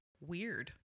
Weird